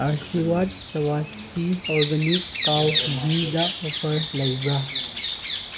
ꯑꯥꯔꯁꯤꯋꯥꯠ Svasti organic cow ꯘꯤꯗ offer ꯂꯩꯕ꯭ꯔꯥ